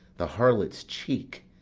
the harlot's cheek,